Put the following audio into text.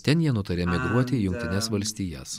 ten jie nutarė emigruoti į jungtines valstijas